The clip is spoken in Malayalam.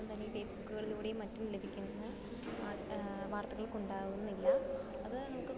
ഒന്നും തന്നെ ഫേസ്ബുക്കുകളിലൂടെയും മറ്റും ലഭിക്കുന്ന വർത്തകൾക്കുണ്ടാകുന്നില്ല അത് നമുക്ക്